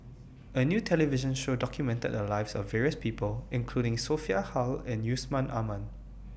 A New television Show documented The Lives of various People including Sophia Hull and Yusman Aman